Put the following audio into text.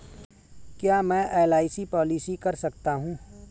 क्या मैं LIC policy कर सकता हूं?